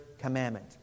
commandment